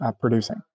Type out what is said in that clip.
producing